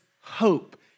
hope